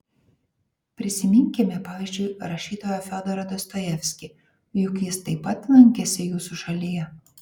prisiminkime pavyzdžiui rašytoją fiodorą dostojevskį juk jis taip pat lankėsi jūsų šalyje